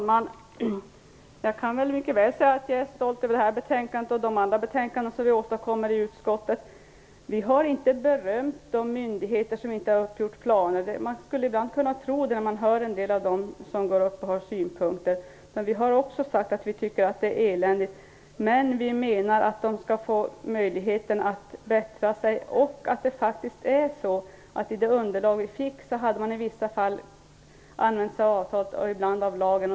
Fru talman! Jag kan mycket väl säga att jag är stolt över det här betänkandet liksom över de andra betänkanden som vi åstadkommer i utskottet. Vi har inte berömt de myndigheter som inte ens har gjort upp några jämställdhetsplaner. Man skulle kunna tro det ibland när man hör en del av dem som anför synpunkter. Också vi har sagt att vi tycker att det är eländigt, men vi menar att de skall få möjlighet att bättra sig. I det underlag som vi fick hade man i vissa fall hänvisat till avtal, i andra fall till lagen.